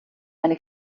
eine